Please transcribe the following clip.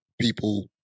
people